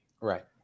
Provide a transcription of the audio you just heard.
Right